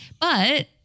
But-